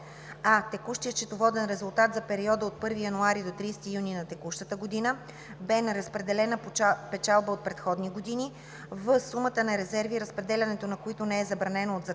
а) текущият счетоводен резултат за периода от 1 януари до 30 юни на текущата година; б) неразпределена печалба от предходни години; в) сумата на резерви, разпределянето на които не е забранено от закон